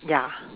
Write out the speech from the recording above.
ya